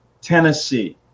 Tennessee